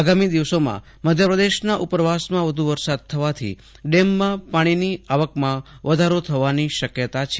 આગામી દિવસોમાં મધ્યપ્રદેશના ઉપરવાસમાં વધુ વરસાદ થવાથી ડેમમાં પાણીની આવકમાં વધારો થવાની શકયતા છે